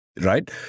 right